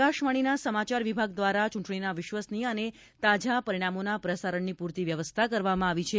આકાશવાણીના સમાચાર વિભાગ દ્વારા ચૂંટણીના વિશ્વસનીય અને તાજાં પરિણામોના પ્રસારણની પૂરતી વ્યવસ્થા કરવામાં આવી છે